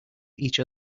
each